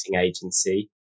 agency